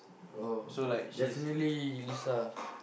oh definitely Lisa